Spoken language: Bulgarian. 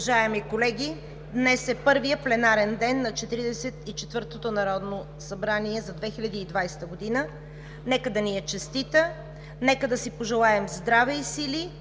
Ви. Уважаеми колеги, днес е първият пленарен ден на 44-тото народно събрание за 2020 г. Нека да ни е честита! Нека да си пожелаем здраве и сили,